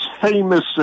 famous